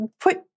put